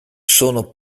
sono